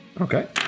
Okay